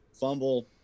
fumble